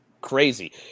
crazy